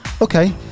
okay